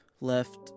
left